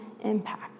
impact